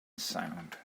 sound